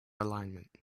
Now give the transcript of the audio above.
alignment